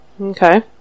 Okay